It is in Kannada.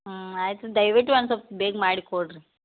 ಹ್ಞೂ ಆಯಿತು ದಯವಿಟ್ಟು ಒಂದು ಸೊಲ್ಪ ಬೇಗ ಮಾಡಿಕೊಡ್ರಿ